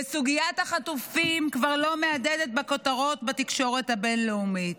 וסוגיית החטופים כבר לא מהדהדת בכותרות בתקשורת הבין-לאומית.